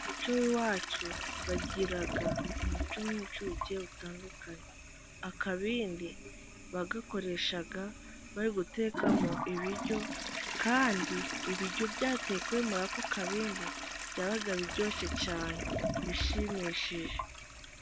Umuco w'iwacu bagira umuco w'incuke utandukanye akabindi bagakoreshaga bari gutekamo ibiryo, kandi ibiryo byatekewe muri ako kabindi byabaga biryoshye cyane bishimishije.